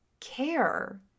care